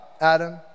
Adam